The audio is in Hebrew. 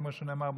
כמו שנאמר בשיר.